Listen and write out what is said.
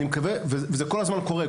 זה כל הזמן קורה,